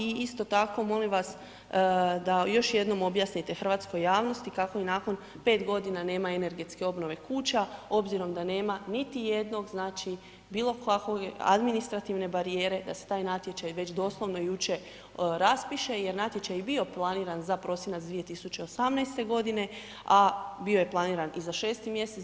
I isto tako molim vas da još jednom objasnite hrvatskoj javnosti kako i nakon 5 g. nema energetske obnove kuća obzirom da nema niti jednog znači bilokakve administrativne barijere da se taj natječaj već doslovno jučer raspiše jer natječaj je i planiran za prosinac 2018.g. a bio je planiran i za 6. mj.